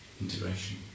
integration